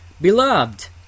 Beloved